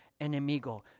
enemigo